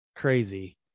crazy